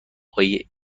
آقای